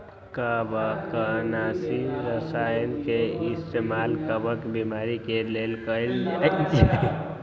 कवकनाशी रसायन के इस्तेमाल कवक बीमारी के लेल कएल जाई छई